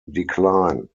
decline